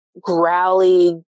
growly